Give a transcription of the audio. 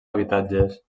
habitatges